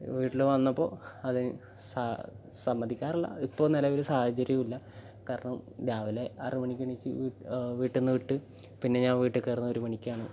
വീട്ടിൽ വന്നപ്പോൾ അത് സ സമ്മതിക്കാറില്ല ഇപ്പോൾ നിലവിൽ സാഹചര്യവും ഇല്ല കാരണം രാവിലെ ആറ് മണിക്ക് എണീച്ച് വീട്ടിൽ നിന്ന് വിട്ട് പിന്നെ ഞാൻ വീട്ടിൽ കയറുന്നത് ഒരു മണിക്കാണ്